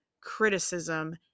criticism